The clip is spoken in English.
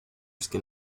skin